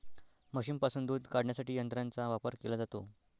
म्हशींपासून दूध काढण्यासाठी यंत्रांचा वापर केला जातो